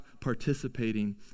participating